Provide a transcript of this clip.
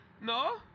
No